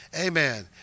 Amen